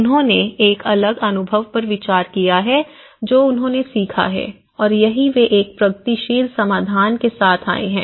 उन्होंने एक अलग अनुभव पर विचार किया है जो उन्होंने सीखा है और यही वे एक प्रगतिशील समाधान के साथ आए हैं